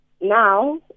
now